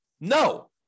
No